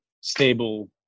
stable